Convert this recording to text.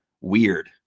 weird